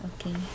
Okay